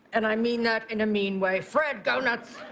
and i mean that in a mean way. fred, go nuts.